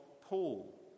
Paul